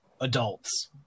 adults